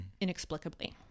inexplicably